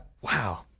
Wow